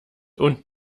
und